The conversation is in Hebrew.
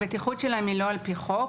הבטיחות שלהם היא לא על פי חוק,